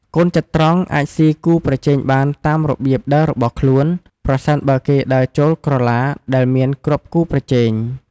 កូនចត្រង្គអាចស៊ីគូប្រជែងបានតាមរបៀបដើររបស់ខ្លួន ប្រសិនបើគេដើរចូលក្រឡាដែលមានគ្រាប់គូប្រជែង។